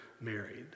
married